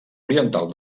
oriental